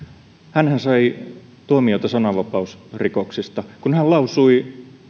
hänhän sai tuomioita sananvapausrikoksista kun hän lausui